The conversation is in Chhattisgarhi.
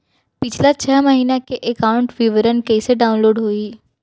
पिछला छः महीना के एकाउंट विवरण कइसे डाऊनलोड होही?